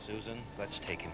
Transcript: susan let's take it